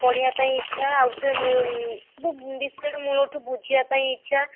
ପଢ଼ିବାପାଇଁ ଇଚ୍ଛା ଆଉଥରେ ସବୁ ବିଷୟରେ ମୂଳଠୁ ବୁଝିବାପାଇଁ ଇଚ୍ଛା